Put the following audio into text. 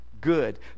good